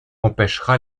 empêchera